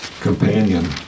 companion